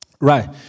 Right